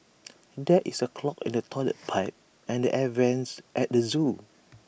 there is A clog in the Toilet Pipe and the air Vents at the Zoo